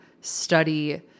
study